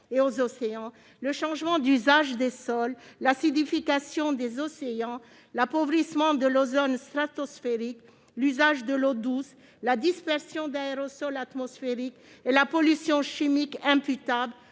et aux océans, le changement d'usage des sols, l'acidification des océans, l'appauvrissement de l'ozone stratosphérique, l'usage de l'eau douce, la dispersion d'aérosols atmosphériques, la pollution chimique imputable